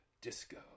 disco